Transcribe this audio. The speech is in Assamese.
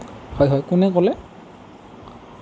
হয় হয় কোনে ক'লে